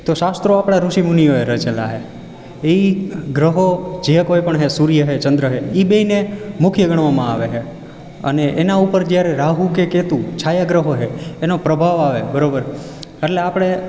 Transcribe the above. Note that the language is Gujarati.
તો શાસ્ત્રો આપણા ઋષિ મુનીઓએ રચેલા છે એ ગ્રહો જે કોઈપણ છે સૂર્ય છે ચંદ્ર છે એ બેયને મુખ્ય ગણવામાં આવે છે અને એના ઉપર જ્યારે રાહુ કે કેતુ છાયા ગ્રહો છે એનો પ્રભાવ આવે બરોબર એટલે આપણે